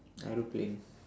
aeroplane